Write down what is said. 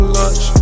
lunch